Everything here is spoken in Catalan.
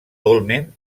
dolmen